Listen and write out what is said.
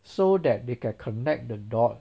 so that they can connect the dot